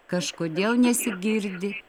kažkodėl nesigirdi